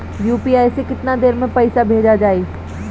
UPI से केतना देर मे पईसा भेजा जाई?